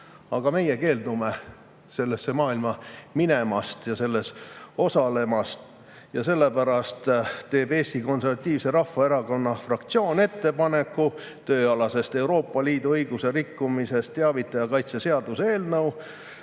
Aga meie keeldume sellesse maailma minemast ja selles osalemast. Ja sellepärast teeb Eesti Konservatiivse Rahvaerakonna fraktsioon ettepaneku tööalasest Euroopa Liidu õiguse rikkumisest teavitaja kaitse seaduse eelnõu